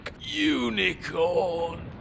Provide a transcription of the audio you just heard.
Unicorn